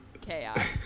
chaos